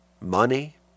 money